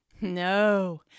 No